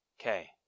Okay